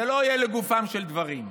זה לא יהיה לגופם של דברים.